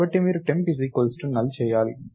కాబట్టి మీరు temp null చేయాలి